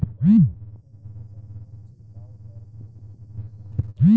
कवने कवने फसल में छिड़काव करब जरूरी होखेला?